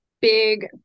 big